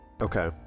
Okay